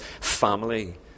family